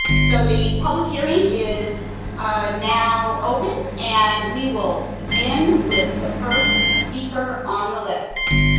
so the public hearing is now open, and we will begin with the first speaker on the list.